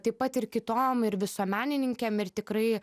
taip pat ir kitom ir visuomenininkėm ir tikrai